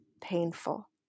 painful